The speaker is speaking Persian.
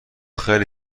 خیلی